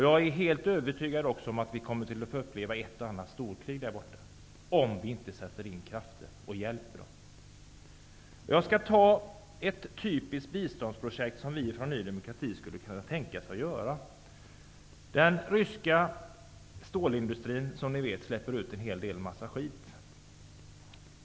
Jag är också övertygad om att det i så fall kommer att bli ett och annat storkrig där borta, om vi inte sätter in krafter och hjälper dem. Jag skall ge ett exempel på ett typiskt biståndsprojekt som vi från Ny demokrati skulle kunna tänka oss. Som ni vet släpper den ryska stålindustrins anläggningar ut en massa skit.